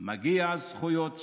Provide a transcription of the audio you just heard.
מגיעות זכויות שוות,